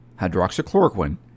hydroxychloroquine